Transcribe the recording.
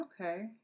Okay